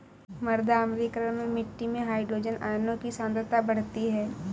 मृदा अम्लीकरण में मिट्टी में हाइड्रोजन आयनों की सांद्रता बढ़ती है